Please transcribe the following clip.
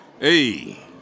Hey